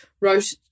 wrote